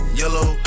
yellow